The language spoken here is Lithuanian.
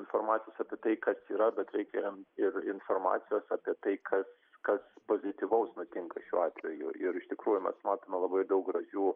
informacijos apie tai kad yra bet reikia jiem ir informacijos apie tai kas kas pozityvaus nutinka šiuo atveju ir iš tikrųjų mes matome labai daug gražių